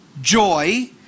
joy